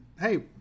hey